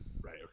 Right